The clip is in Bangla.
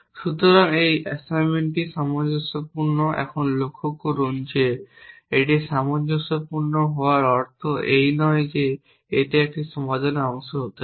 সুতরাং এই অ্যাসাইনমেন্টটি সামঞ্জস্যপূর্ণ এখন লক্ষ্য করুন যে এটি সামঞ্জস্যপূর্ণ হওয়ার অর্থ এই নয় যে এটি একটি সমাধানের অংশ হতে পারে